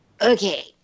okay